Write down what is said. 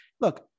look